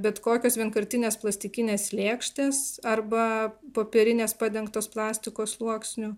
bet kokios vienkartinės plastikinės lėkštės arba popierinės padengtos plastiko sluoksniu